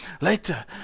later